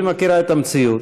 והיא מכירה את המציאות,